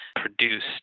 produced